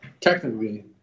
technically